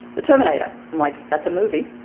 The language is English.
the terminator. i'm like, that's a movie.